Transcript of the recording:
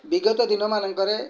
ବିଗତ ଦିନମାନଙ୍କରେ